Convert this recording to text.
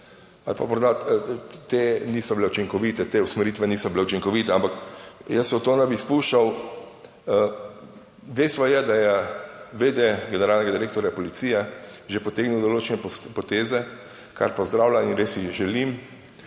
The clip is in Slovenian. ali pa morda te niso bile učinkovite, te usmeritve niso bile učinkovite. Ampak jaz se v to ne bi spuščal. Dejstvo je, da je vede generalnega direktorja policije že potegnil določene poteze, kar pozdravljam, in res si želim,